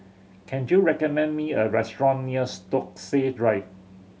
can you recommend me a restaurant near Stokesay Drive